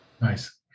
Nice